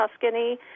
Tuscany